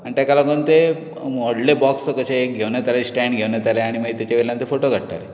आनी तेका लागून तें व्होडलें बॉक्स कशें एक घेवन येताले स्टँड घेवन येताले आनी मागीर तेचे वयल्यान ते फोटो काडटाले